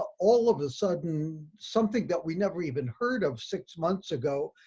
all of a sudden, something that we never even heard of six months ago,